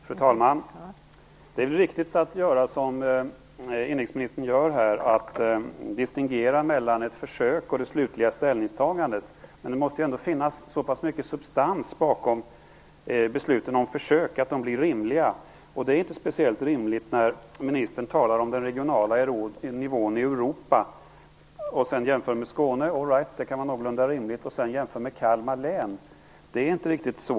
Fru talman! Det är väl riktigt att som inrikesministern göra en distinktion mellan ett försök och det slutliga ställningstagandet, men det måste ändå finnas så pass mycket substans bakom besluten om försök att de blir rimliga. Ministern talade om den regionala nivån i Europa och jämförde med Skåne. Det kan vara någorlunda rimligt. Men det är inte speciellt rimligt att sedan jämföra med Kalmar län.